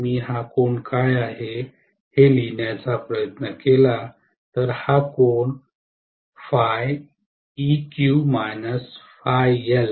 मी हा कोन काय आहे हे लिहिण्याचा प्रयत्न केला तर हा कोन असेल